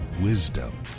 wisdom